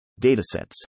Datasets